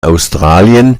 australien